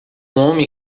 homem